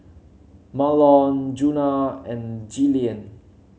Mahlon Djuna and Jillian